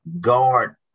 guard